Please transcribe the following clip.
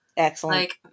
Excellent